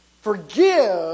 Forgive